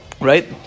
right